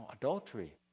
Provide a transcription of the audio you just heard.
adultery